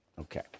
Okay